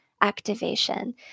activation